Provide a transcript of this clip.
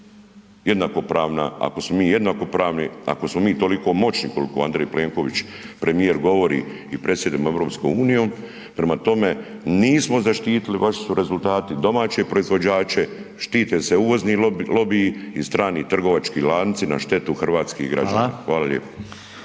jednakopravna, ako smo jednakopravni, ako smo mi toliko moćni koliko Andrej Plenković premijer govori i predsjedamo EU, prema tome nismo zaštitili vaši su rezultati, domaće proizvođače, štite se uvozni lobiji i strani trgovački lanci na štetu hrvatskih građana. Hvala lijepo.